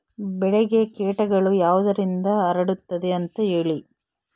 ಬೆಳೆಗೆ ಕೇಟಗಳು ಯಾವುದರಿಂದ ಹರಡುತ್ತದೆ ಅಂತಾ ಹೇಳಿ?